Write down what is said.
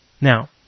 Now